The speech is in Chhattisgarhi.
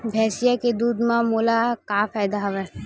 भैंसिया के दूध म मोला का फ़ायदा हवय?